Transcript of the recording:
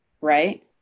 right